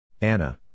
Anna